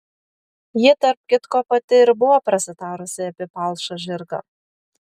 ji tarp kitko pati ir buvo prasitarusi apie palšą žirgą